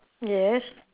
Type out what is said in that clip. yes